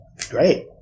great